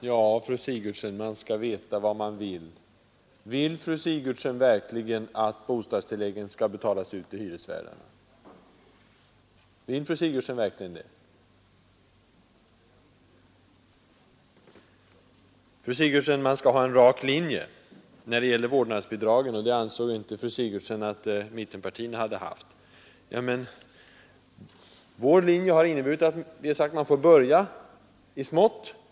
Herr talman! Ja, fru Sigurdsen, man skall veta vad man vill! Vill fru Sigurdsen verkligen att bostadstilläggen skall betalas ut till hyresvärdarna? Man bör ha en rak linje när det gäller vårdnadsbidragen, ansåg fru Sigurdsen och hävdade att mittenpartierna inte haft det. Vår linje har inneburit att man får börja i smått.